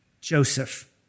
Joseph